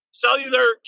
cellular